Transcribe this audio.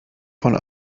von